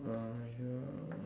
uh